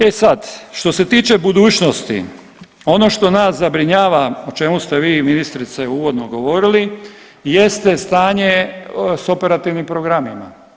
E sad što se tiče budućnosti ono što nas zabrinjava o čemu ste vi ministrice uvodno govorili jeste stanje sa operativnim programima.